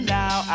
now